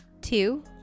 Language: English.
two